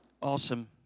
Awesome